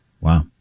Wow